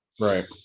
Right